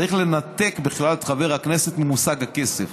צריך לנתק בכלל את חבר הכנסת ממושג הכסף.